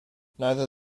neither